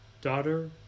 daughter